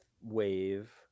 wave